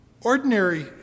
ordinary